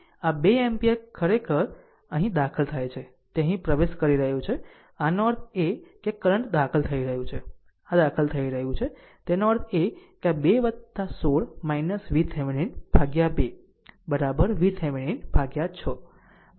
આમ 2 એમ્પીયર ખરેખર અહીં દાખલ થાય છે તે અહીં પ્રવેશ કરી રહ્યું છે આનો અર્થ એ કે આ કરંટ દાખલ કરી રહ્યું છે આ દાખલ થઈ રહ્યું છે તેનો અર્થ એ કે2 16 VThevenin ભાગ્યા 2 VThevenin ભાગ્યા 6